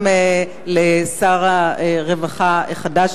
גם לשר הרווחה החדש,